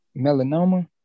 Melanoma